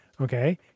Okay